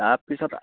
তাৰ পিছত